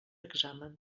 examen